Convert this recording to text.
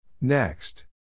Next